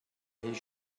his